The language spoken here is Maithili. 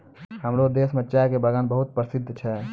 हमरो देश मॅ चाय के बागान बहुत प्रसिद्ध छै